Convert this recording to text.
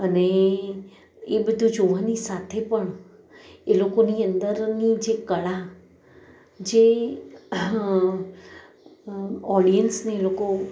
અને એ બધું જોવાની સાથે પણ એ લોકોની અંદરની જે કળા જે ઓડિયન્સને એ લોકો